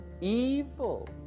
Evil